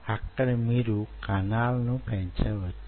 అక్కడ మీరు కణాలను పెంచవచ్చు